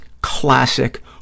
classic